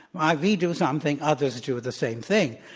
while we do something others do the same thing.